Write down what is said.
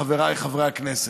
חבריי חברי הכנסת: